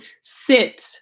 sit